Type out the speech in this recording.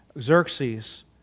Xerxes